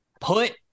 Put